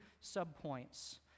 sub-points